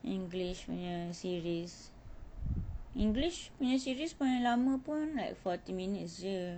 english punya series english punya series paling lama pun like forty minutes jer